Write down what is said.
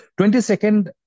22nd